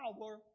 power